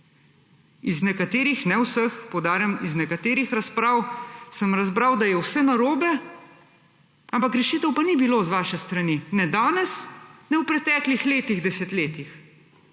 Iz nekaterih, ne vseh, poudarjam iz nekaterih, razprav sem razbral, da je vse narobe, ampak rešitev pa ni bilo z vaše strani ne danes ne v preteklih letih, desetletjih.